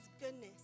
goodness